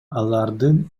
алардын